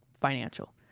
financial